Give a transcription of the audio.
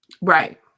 Right